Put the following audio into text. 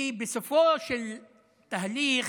כי בסופו של תהליך,